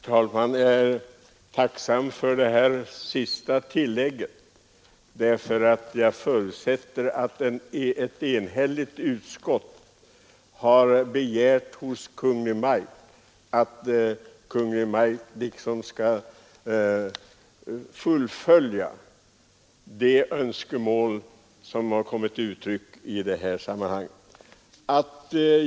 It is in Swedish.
Herr talman! Jag är tacksam för det senaste tillägget. Jag förutsätter nämligen att ett enhälligt utskott har begärt hos Kungl. Maj:t att Kungl. Maj:t skall tillgodose de önskemål som har kommit till uttryck i detta sammanhang.